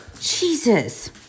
Jesus